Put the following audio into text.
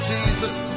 Jesus